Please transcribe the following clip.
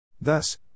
Thus